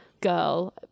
girl